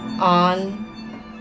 on